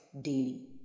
daily